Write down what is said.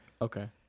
Okay